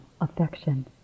affection